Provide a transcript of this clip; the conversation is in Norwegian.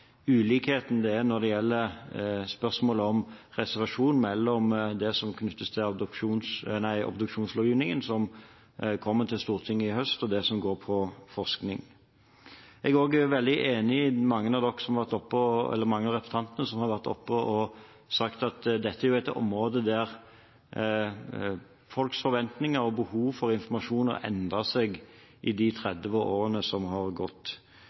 ulikheter som finnes når det gjelder spørsmålet om reservasjon mellom det som knyttes til obduksjonslovgivningen, som kommer til Stortinget til høsten, og det som går på forskning. Jeg er også veldig enig med mange av representantene som har vært oppe og sagt at dette er et område der folks forventninger og folks behov for informasjon har endret seg i de 30 årene som har gått.